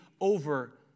over